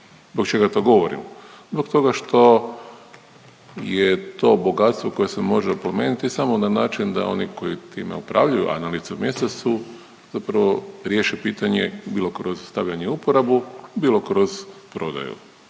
Zbog čega to govorim? Zbog toga što je to bogatstvo koje se može oplemeniti samo na način da oni koji time upravljaju, a na licu mjesta su, zapravo riješe pitanje, bilo kroz stavljanje u uporabu, bilo kroz prodaju.